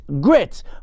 grits